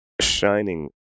shining